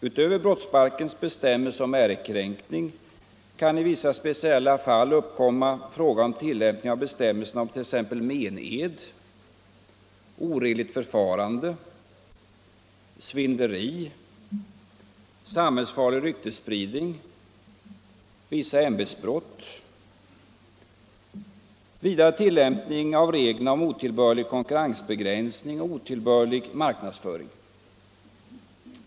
Utöver brottsbalkens bestämmelser om ärekränkning kan i vissa speciella fall uppkomma frågan om tillämpning av bestämmelserna om t.ex. mened, oredligt förfarande, svindleri, samhällsfarlig ryktesspridning, vissa ämbetsbrott samt tillämpning av reglerna om otillbörlig konkurrensbegränsning och otillbörlig marknadsföring.